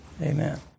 Amen